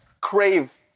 crave